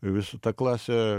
vis ta klasė